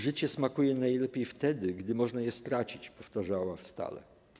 Życie smakuje najlepiej wtedy, gdy można je stracić' - powtarzała stale.